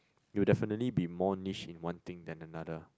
you'll definitely be more niche in one thing than another